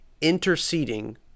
interceding